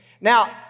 Now